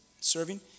serving